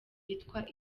yitwa